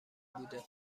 بوده